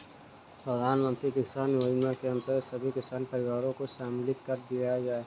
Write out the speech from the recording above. प्रधानमंत्री किसान योजना के अंतर्गत सभी किसान परिवारों को सम्मिलित कर लिया गया है